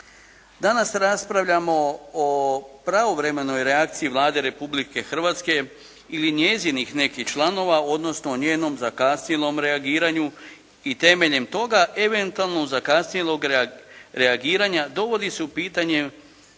Danas raspravljamo o pravovremenoj reakciji Vlade Republike Hrvatske ili njezinih nekih članova, odnosno o njenom zakasnjelom reagiranju i temeljem toga eventualno zakasnjelog reagiranja dovodi se u pitanje